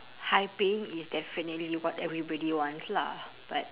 high paying is definitely what everybody wants lah but